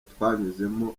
twanyuzemo